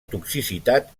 toxicitat